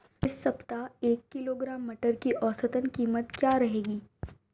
इस सप्ताह एक किलोग्राम मटर की औसतन कीमत क्या रहेगी?